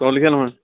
তোৰ লেখিয়া নহয়